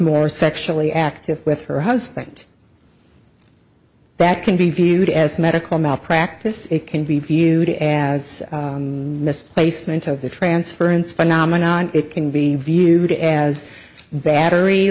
more sexually active with her husband that can be viewed as medical malpractise it can be viewed as mis placement of the transference phenomenon it can be viewed as battery